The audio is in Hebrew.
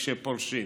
כשפורשים.